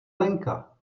lenka